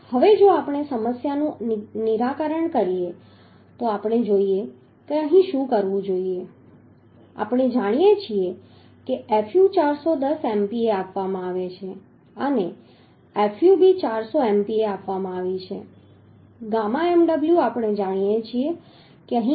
હવે જો આપણે આ સમસ્યાનું નિરાકરણ કરીએ તો આપણે જોઈએ કે અહીં શું કરવું જોઈએ આપણે જાણીએ છીએ કે fu 410 MPa આપવામાં આવે છે અને fub 400 MPa આપવામાં આવી છે ગામા mb આપણે જાણીએ છીએ કે અહીં 1